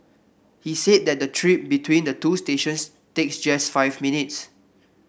he said that the trip between the two stations takes just five minutes